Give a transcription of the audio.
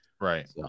right